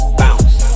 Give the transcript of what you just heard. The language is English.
bounce